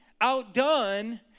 outdone